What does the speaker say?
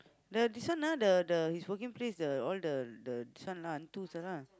the this one ah the the his working place the all the this one lah hantu lah